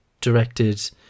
directed